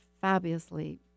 fabulously